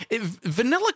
Vanilla